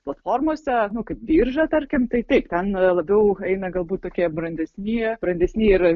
platformose nu kaip birža tarkim tai taip ten labiau eina galbūt tokie brandesni brandesni ir